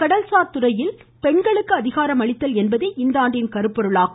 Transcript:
கடல் சார் துறையில் பெண்களுக்கு அதிகாரம் அளித்தல் என்பதே இந்தாண்டின் கருப்பொருளாகும்